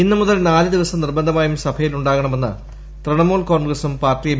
ഇന്ന് മുതൽ നാല് ദിവസം നിർബന്ധമായും സഭയിലുണ്ടാകണമെന്ന് തൃണമൂൽ കോൺഗ്രസ്സും പാർട്ടി എം